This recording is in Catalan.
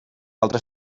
altres